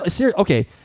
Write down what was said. okay